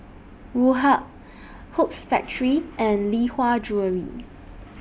Woh Hup Hoops Factory and Lee Hwa Jewellery